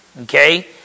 Okay